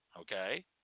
okay